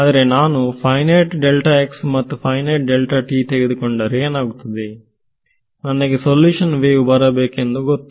ಆದರೆ ನಾನು ಫೈನೈಟ್ ಮತ್ತು ಫೈನೈಟ್ ತೆಗೆದುಕೊಂಡರೆ ಏನಾಗುತ್ತದೆ ನನಗೆ ಸೊಲ್ಯೂಷನ್ ವೇವ್ ಬರಬೇಕೆಂದು ಗೊತ್ತು